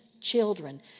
children